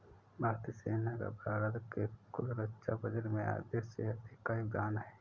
भारतीय सेना का भारत के कुल रक्षा बजट में आधे से अधिक का योगदान है